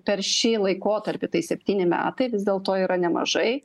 per šį laikotarpį tai septyni metai vis dėlto yra nemažai